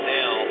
now